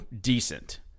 decent